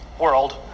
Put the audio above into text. world